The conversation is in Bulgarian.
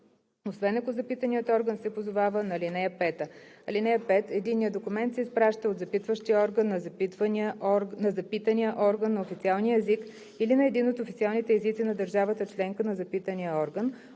освен ако запитаният орган се позовава на ал. 5. (5) Единният документ се изпраща от запитващия орган на запитания орган на официалния език или на един от официалните езици на държавата членка на запитания орган,